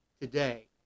today